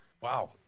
Wow